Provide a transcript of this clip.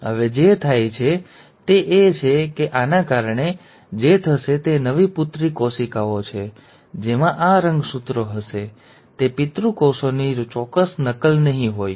હવે જે થાય છે તે એ છે કે આને કારણે જે થશે તે નવી પુત્રી કોશિકાઓ છે જેમાં આ રંગસૂત્રો હશે તે પિતૃ કોષોની ચોક્કસ નકલ નહીં હોય